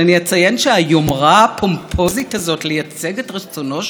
את רצונו של העם בחוק הלאום גם היא ממש מופרכת.